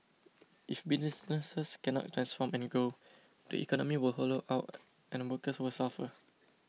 if businesses cannot transform and grow the economy will hollow out and workers will suffer